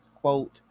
quote